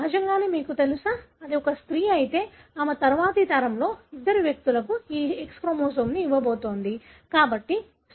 సహజంగానే మీకు తెలుసా అది ఒక స్త్రీ అయితే ఆమె తరువాతి తరంలో ఇద్దరు వ్యక్తులకు ఈ X క్రోమోజోమ్ను ఇవ్వబోతోంది